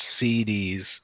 CDs